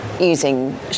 using